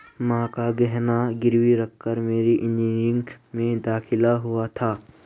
मां का गहना गिरवी रखकर मेरा इंजीनियरिंग में दाखिला हुआ था